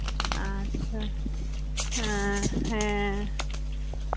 ᱟᱪᱪᱷᱟ ᱦᱮᱸ ᱦᱮᱸ